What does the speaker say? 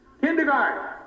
Kindergarten